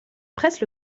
presse